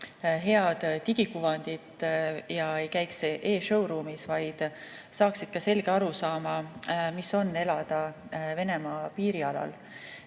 head digikuvandit ega käikse-showroom'is, vaid saaksid ka selge arusaama, mida tähendab elada Venemaa piirialal.